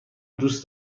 دوست